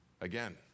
Again